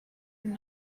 have